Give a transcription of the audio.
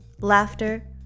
laughter